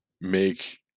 make